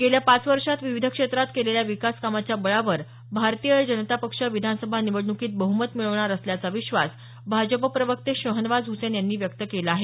गेल्या पाच वर्षात विविध क्षेत्रात केलेल्या विकास कामाच्या बळावर भारतीय जनता पक्ष विधानसभा निवडणूकीत बहमत मिळवणार असल्याचा विश्वास भाजप प्रवक्ते शहनवाज हुसैन यांनी व्यक्त केला आहे